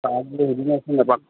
ছাৰক বোলো সেইদিনাখন নেপাইছিলোঁ